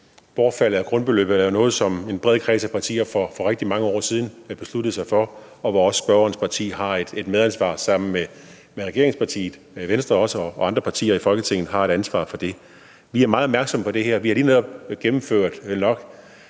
Bortfaldet af grundbeløbet er jo noget, som en bred kreds af partier for rigtig mange år siden besluttede sig for, og hvor også spørgerens parti har et medansvar sammen med regeringspartiet Venstre og andre partier i Folketinget. Vi er meget opmærksomme på det her. Vi har lige netop gennemført nok